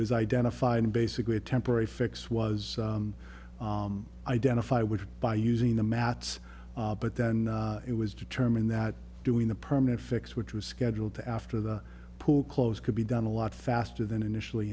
was identified and basically a temporary fix was identified which by using the mats but then it was determined that doing the permanent fix which was scheduled to after the pool closed could be done a lot faster than initially